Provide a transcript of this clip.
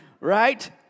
right